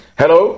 hello